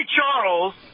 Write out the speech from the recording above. Charles